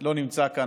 שהוא לא נמצא כאן,